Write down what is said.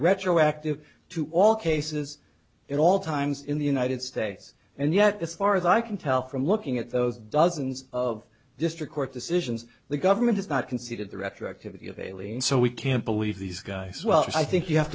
retroactive to all cases in all times in the united states and yet as far as i can tell from looking at those dozens of district court decisions the government has not conceded the retroactivity of aliens so we can't believe these guys well i think you have